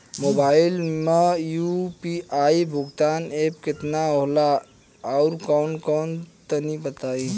Mobile म UPI भुगतान app केतना होला आउरकौन कौन तनि बतावा?